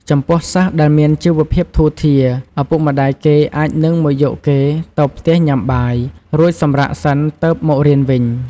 ចំពោះសិស្សដែលមានជីវភាពធូរធារ ឪពុកម្ដាយគេអាចនឹងមកយកគេទៅផ្ទះញុាំបាយ រួចសម្រាកសិនទើបមករៀនវិញ។